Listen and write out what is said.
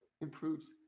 improves